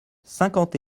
cinquante